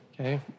okay